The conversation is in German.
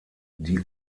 die